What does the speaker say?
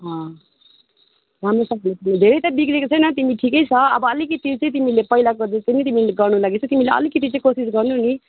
अँ राम्रोसँगले धेरै त बिग्रेको छैन तिमी ठिकै छ अब अलिकति चाहिँ तिमीले पहिला जस्तो नै तिमीले गर्नुको लागि तिमीले अलिकति चाहिँ कोसिस गर्नु नि